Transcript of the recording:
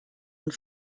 und